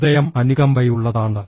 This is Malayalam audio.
ഹൃദയം അനുകമ്പയുള്ളതാണ്